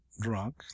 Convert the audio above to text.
drunk